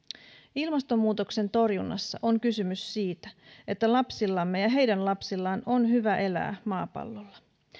ilmastonmuutoksen torjunnassa on kysymys siitä että lapsillamme ja heidän lapsillaan on hyvä elää maapallolla